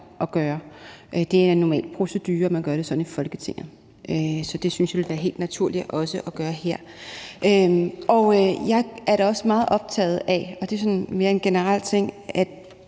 at gøre. Det er en normal procedure, at man gør det sådan i Folketinget, så det synes jeg ville være helt naturligt også at gøre her. Jeg er da også meget optaget af, og det er sådan mere en generel ting, at